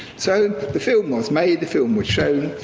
so, the film was made, the film was shown,